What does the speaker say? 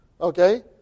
Okay